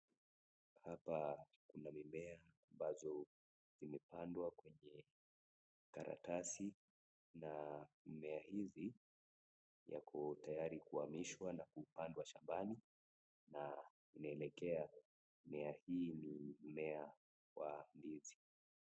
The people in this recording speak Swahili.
Hapa kuna mimea ambazo zimepandwa kwenye karatasi na mmea hizi yako tayari kuhamishwa na kuupandwa shambani. Na inaelekea mmea hii ni mmea wa ndizi.